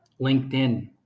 LinkedIn